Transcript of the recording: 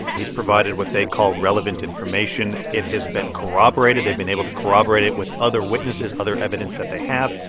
he's provided what they call relevant information. it has been corroborated. they've been able to corroborate it with other witnesses, other evidence that they have.